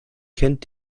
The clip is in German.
kennt